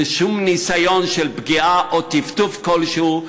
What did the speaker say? ושום ניסיון של פגיעה או טפטוף כלשהו.